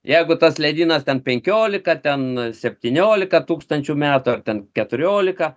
jeigu tas ledynas ten penkiolika ten septyniolika tūkstančių metų ar ten keturiolika